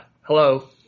Hello